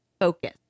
focus